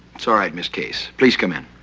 it's all right, miss case, please come in.